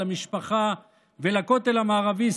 למשפחה ולכותל המערבי,